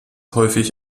häufig